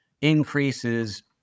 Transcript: increases